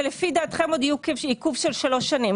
שלפי דעתכם יהיה עיכוב של עוד שלוש שנים.